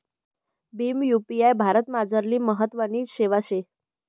Bhim UPI भारतमझारली महत्वनी सेवा शे